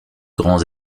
grands